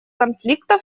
конфликта